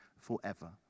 forever